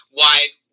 wide